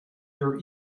your